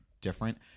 different